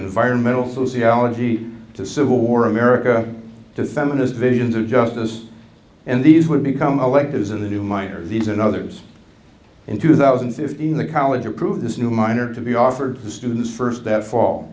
environmental sociology to civil war america to feminist visions of justice and these would become electives in the new minor these and others in two thousand in the college approved this new miner to be offered to students first that fall